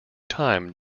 time